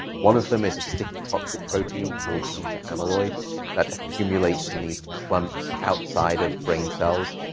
one of them is a sticky toxic protein called beta amyloid that accumulates in these clumps outside of brain cells.